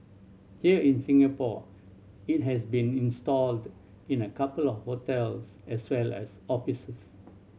here in Singapore it has been installed in a couple of hotels as well as offices